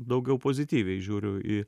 daugiau pozityviai žiūriu į